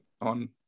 on